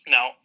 Now